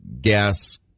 gas